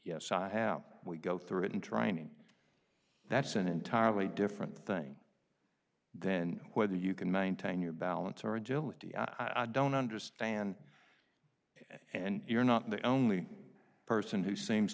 yes we go through it and trying that's an entirely different thing then whether you can maintain your balance or agility i don't understand and you're not the only person who seems